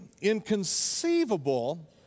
inconceivable